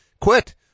quit